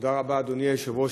תודה רבה, אדוני היושב-ראש.